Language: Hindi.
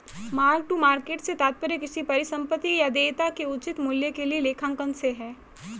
मार्क टू मार्केट से तात्पर्य किसी परिसंपत्ति या देयता के उचित मूल्य के लिए लेखांकन से है